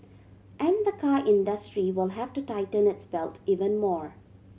and the car industry will have to tighten its belt even more